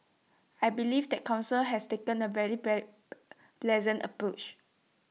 I believe the Council has taken A very pleasant approach